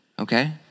okay